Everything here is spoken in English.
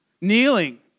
Kneeling